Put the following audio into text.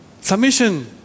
submission